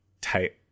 tight